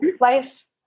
life